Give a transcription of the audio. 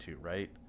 right